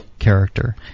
character